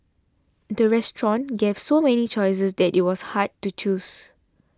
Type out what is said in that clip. the restaurant gave so many choices that it was hard to choose